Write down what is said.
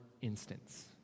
instance